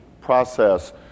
process